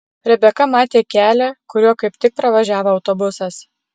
rebeka matė kelią kuriuo kaip tik pravažiavo autobusas